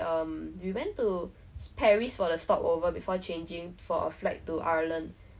靠运气这样 you also don't know what you are really getting unless you already order it or not you eat like cup noodle or